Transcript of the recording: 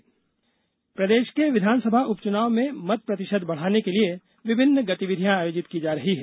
मतदाता जागरूकता प्रदेश के विधानसभा उपचुनाव में मत प्रतिशत बढ़ाने के लिए विभिन्न गतिविधियां आयोजित की जा रही है